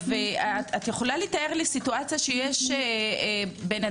את יכולה לתאר לי סיטואציה שיש בן-אדם